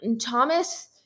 Thomas